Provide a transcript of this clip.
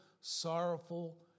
sorrowful